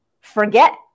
forget